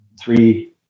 three